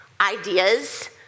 ideas